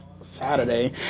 Saturday